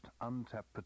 untapped